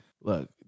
look